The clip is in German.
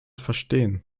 verstehen